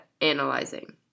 analyzing